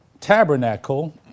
tabernacle